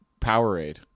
Powerade